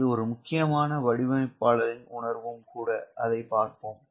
இது ஒரு முக்கியமான வடிவமைப்பாளரின் உணர்வும் கூட அதைப் பார்ப்போம்